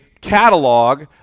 catalog